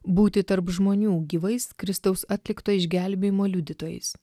būti tarp žmonių gyvais kristaus atlikto išgelbėjimo liudytojais